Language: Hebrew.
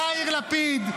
יאיר לפיד,